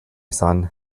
son